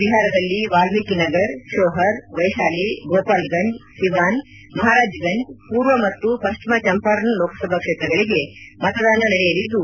ಬಿಹಾರದಲ್ಲಿ ವಾಲ್ಮೀಕಿ ನಗರ್ ಶೋಹರ್ ವೈಶಾಲಿ ಗೋಪಾಲ್ಗಂಜ್ ಸಿವಾನ್ ಮಹಾರಾಜ ಗಂಜ್ ಪೂರ್ವ ಮತ್ತು ಪಶ್ಚಿಮ ಚಂಪಾರಣ್ ಲೋಕಸಭಾ ಕ್ಷೇತ್ರಗಳಿಗೆ ಮತದಾನ ನಡೆಯಲಿದ್ದು